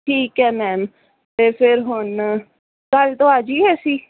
ਠੀਕ ਹੈ ਮੈਮ ਅਤੇ ਫਿਰ ਹੁਣ ਕੱਲ੍ਹ ਤੋਂ ਆ ਜੀਏ ਅਸੀਂ